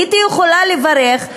הייתי יכולה לברך,